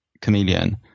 chameleon